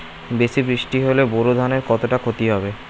বেশি বৃষ্টি হলে বোরো ধানের কতটা খতি হবে?